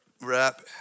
wrap